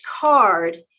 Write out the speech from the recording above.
card